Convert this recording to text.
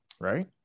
Right